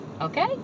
Okay